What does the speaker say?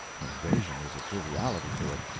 invasion is a triviality to it.